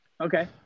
Okay